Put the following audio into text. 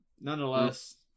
nonetheless